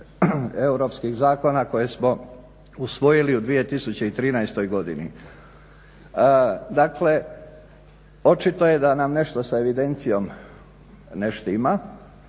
europskih zakona koje smo usvojili u 2013. godini. Dakle, očito je da nam nešto sa evidencijom ne štima